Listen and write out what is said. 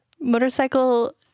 Motorcycle